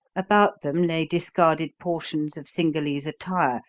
about them lay discarded portions of cingalese attire,